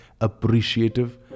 appreciative